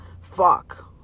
fuck